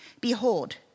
Behold